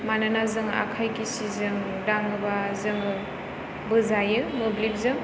मानोना जों आखाइ गिसिजों दाङोबा जोङो बोजायो मोब्लिबजों